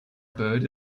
bird